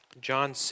John